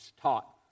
taught